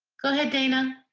go ahead dana.